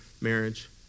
marriage